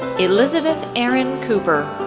elizabeth erin cooper,